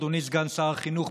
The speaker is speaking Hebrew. אדוני סגן שר החינוך,